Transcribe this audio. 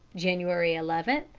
january eleven,